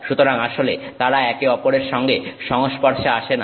সুতরাং আসলে তারা একে অপরের সঙ্গে সংস্পর্শে আসে না